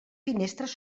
finestres